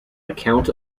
account